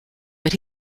but